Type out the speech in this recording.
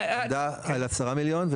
עמדה על כ-10 מיליון ₪,